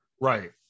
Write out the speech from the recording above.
Right